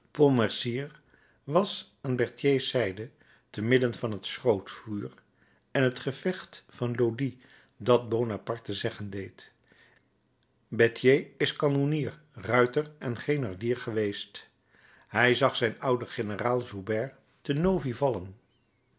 pontmercy was aan berthiers zijde te midden van het schrootvuur en het gevecht van lodi dat bonaparte zeggen deed berthier is kanonnier ruiter en grenadier geweest hij zag zijn ouden generaal joubert te novi vallen